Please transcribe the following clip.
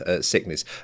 sickness